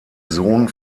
sohn